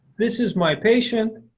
this is my patient.